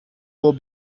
will